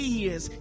years